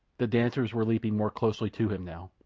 the dancers were leaping more closely to him now.